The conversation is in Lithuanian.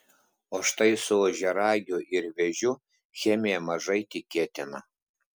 o štai su ožiaragiu ir vėžiu chemija mažai tikėtina